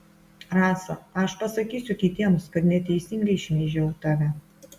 rasa aš pasakysiu kitiems kad neteisingai šmeižiau tave